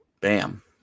Bam